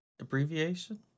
abbreviation